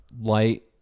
Light